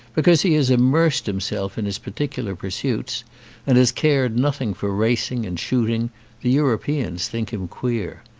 because he has immersed himself in his particular pursuits and has cared nothing for racing and shooting the europeans think him queer.